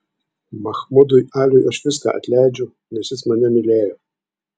mahmudui aliui aš viską atleidžiu nes jis mane mylėjo